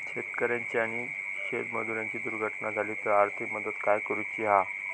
शेतकऱ्याची आणि शेतमजुराची दुर्घटना झाली तर आर्थिक मदत काय करूची हा?